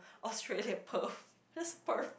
Australia Perth just Perth